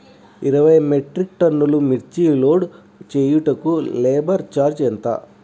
ఇరవై మెట్రిక్ టన్నులు మిర్చి లోడ్ చేయుటకు లేబర్ ఛార్జ్ ఎంత?